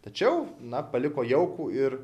tačiau na paliko jaukų ir